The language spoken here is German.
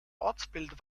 ortsbild